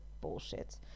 bullshit